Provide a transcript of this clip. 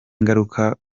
ingaruka